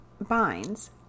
binds